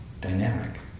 dynamic